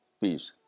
peace